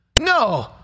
No